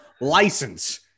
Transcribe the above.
license